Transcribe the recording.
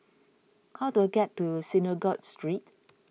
how do I get to Synagogue Street